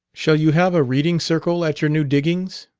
shall you have a reading-circle at your new diggings?